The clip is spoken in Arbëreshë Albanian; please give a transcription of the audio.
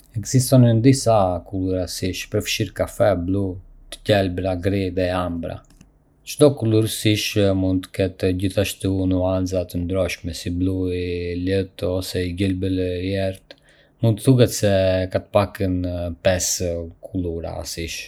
Ekzistojnë disa ngjyra sysh, përfshirë kafe, blu, të gjelbra, gri dhe ambra. Çdo ngjyrë sysh mund të ketë gjithashtu nuanca të ndryshme, si blu i lehtë ose i gjelbër i errët. Mund të thuhet se ka të paktën pesë ngjyra kryesore sysh.